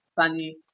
Sunny